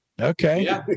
okay